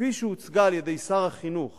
כפי שהוצגה על-ידי שר החינוך